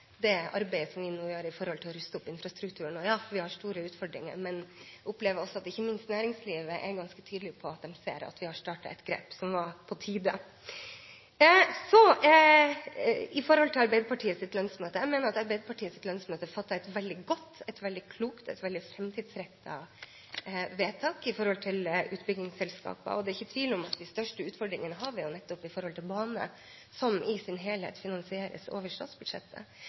arbeidet som vi nå gjør når det gjelder å ruste opp infrastrukturen. Ja, vi har store utfordringer, men jeg opplever at de ikke minst i næringslivet er ganske tydelige på at de ser at vi har startet et grep som det var på tide å starte. Så til Arbeiderpartiets landsmøte: Jeg mener at Arbeiderpartiets landsmøte fattet et veldig godt, et veldig klokt og et veldig framtidsrettet vedtak i forhold til utbyggingsselskaper. Det er ikke tvil om at vi har de største utfordringene på bane, som i sin helhet finansieres over statsbudsjettet.